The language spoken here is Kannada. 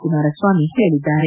ಕುಮಾರ ಸ್ನಾಮಿ ಹೇಳಿದ್ದಾರೆ